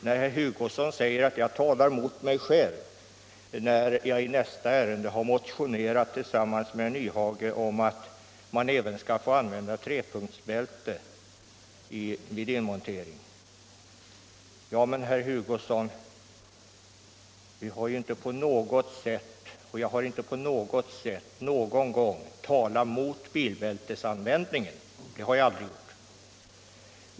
Herr Hugosson säger att jag talar mot mig själv, eftersom jag tillsammans med herr Nyhage har motionerat också om att man skall få montera in trepunktsbälten. Jag har inte på något sätt någon gång talat mot bilbältesanvändningen, herr Hugosson.